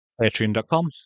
Patreon.com